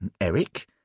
Eric